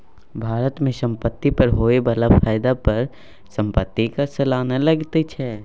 भारत मे संपत्ति पर होए बला फायदा पर संपत्ति कर सलियाना लगैत छै